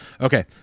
okay